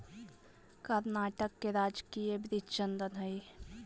कर्नाटक का राजकीय वृक्ष चंदन हई